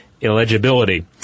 illegibility